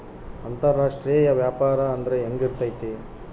ಅಂತರಾಷ್ಟ್ರೇಯ ವ್ಯಾಪಾರ ಅಂದ್ರೆ ಹೆಂಗಿರ್ತೈತಿ?